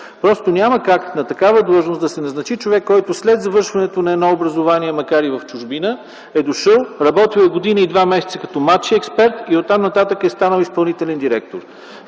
Просто няма как на такава длъжност да се назначи човек, който след завършването на едно образование, макар и в чужбина, е дошъл, работил е година и два месеца като младши експерт и оттам нататък е станал изпълнителен директор.